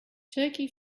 turkey